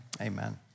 amen